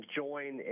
join